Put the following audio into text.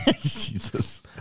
Jesus